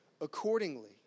accordingly